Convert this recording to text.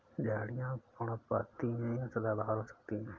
झाड़ियाँ पर्णपाती या सदाबहार हो सकती हैं